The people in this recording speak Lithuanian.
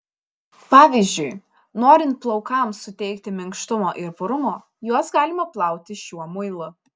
pavyzdžiui norint plaukams suteikti minkštumo ir purumo juos galima plauti šiuo muilu